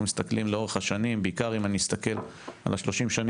אם אנחנו מסתכלים לאורך השנים בעיקר אם אני אסתכל על 30 השנים